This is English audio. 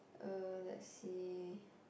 uh let's see